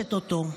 מלרשת אותו.